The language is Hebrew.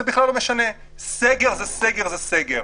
סגר הוא סגר.